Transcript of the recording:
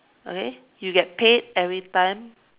okay you get paid every time